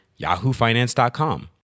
yahoofinance.com